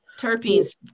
terpenes